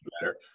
better